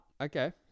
okay